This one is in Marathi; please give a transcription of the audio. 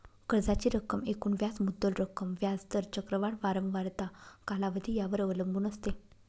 कर्जाची रक्कम एकूण व्याज मुद्दल रक्कम, व्याज दर, चक्रवाढ वारंवारता, कालावधी यावर अवलंबून असते